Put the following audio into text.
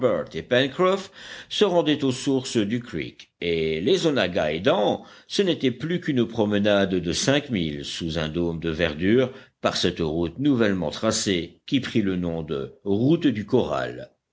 se rendait aux sources du creek et les onaggas aidant ce n'était plus qu'une promenade de cinq milles sous un dôme de verdure par cette route nouvellement tracée qui prit le nom de route du corral